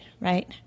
right